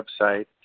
website